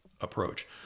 approach